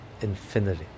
infinity